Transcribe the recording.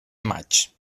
maig